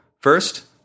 First